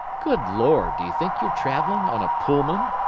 good lord, do you think you're travelling on a pullman?